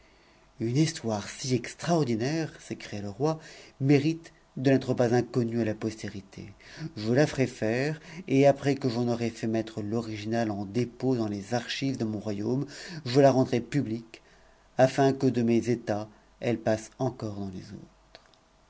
une histoire si extraordinaire s'écria le roi mérite de n'être pas inconnue à la postérité je la ferai faire et après que j'en aurai fait mettre l'original en dépôt dans les archives de mon royaume je la rendrai publique afin que de mes états elle passe encore dans lesautres